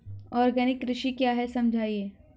Organic कृषि क्या है समझाइए?